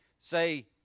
say